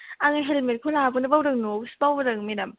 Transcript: आं हेल्मेट खौ लाबोनो बावदों न'आवसो बावबोदों मेदाम